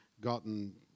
gotten